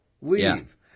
leave